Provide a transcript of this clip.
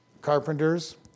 carpenters